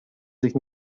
sich